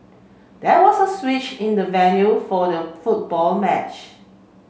there was a switch in the venue for the football match